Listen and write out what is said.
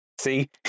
See